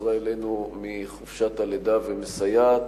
שחזרה אלינו מחופשת הלידה ומסייעת